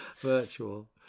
virtual